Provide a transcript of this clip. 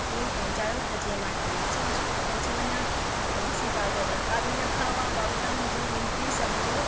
school पहुचायो त जीअं मां टाइम सां स्कूल पहुची वञा ऐं प्रिंसीपल जा दड़िका बि न खावां भाऊ तव्हां मुंहिंजी वेनिती सम्झो